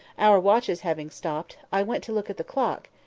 our watches having stopped, i went to look at the clock,